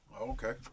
Okay